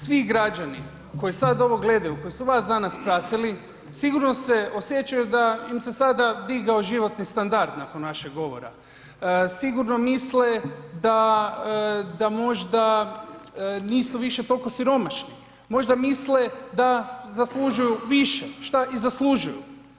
Svi građani koji sad ovo gledaju koji su vas danas pratili sigurno se osjećaju da im se sada digao životni standard nakon vašeg govora, sigurno misle da možda nisu više toliko siromašni, možda misle da zaslužuju više, šta i zaslužuju.